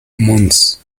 mons